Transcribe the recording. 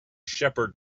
shepherd